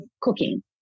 cooking